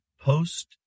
post